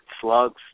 slugs